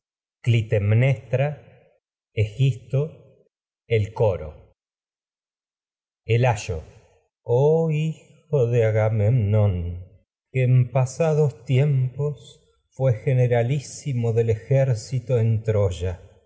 clitemnestra orestes electra egisto el coro el ayo oh hijo de ag'amemnón que en pasados tiempos fué generalísimo del ejército en troya